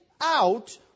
out